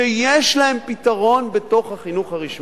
שיש להם פתרון בתוך החינוך הרשמי.